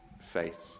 faith